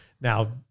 Now